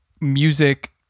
music